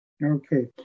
Okay